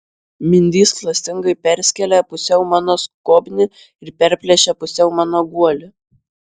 mindys klastingai perskėlė pusiau mano skobnį ir perplėšė pusiau mano guolį